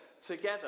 together